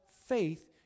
faith